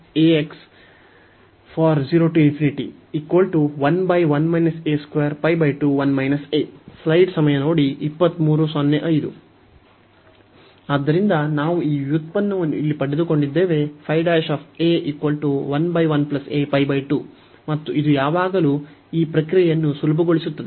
ಆದ್ದರಿಂದ ಆದ್ದರಿಂದ ನಾವು ಈ ವ್ಯುತ್ಪನ್ನವನ್ನು ಇಲ್ಲಿ ಪಡೆದುಕೊಂಡಿದ್ದೇವೆ ಮತ್ತು ಇದು ಯಾವಾಗಲೂ ಈ ಪ್ರಕ್ರಿಯೆಯನ್ನು ಸುಲಭಗೊಳಿಸುತ್ತದೆ